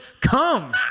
come